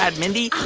and mindy.